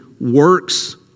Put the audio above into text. works